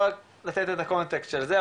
אבל לתת את הקונטקסט של זה,